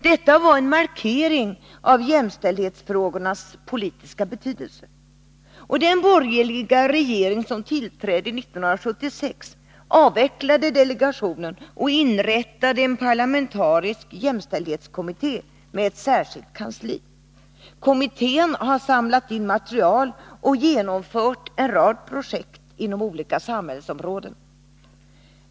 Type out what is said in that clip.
Detta var en markering av jämställdhetsfrågornas politiska betydelse. Den borgerliga regering som tillträdde 1976 avvecklade delegationen och inrättade en parlamentarisk jämställdhetskommitté med ett särskilt kansli. Kommittén har samlat in material och genomfört en rad projekt inom olika samhällsområden.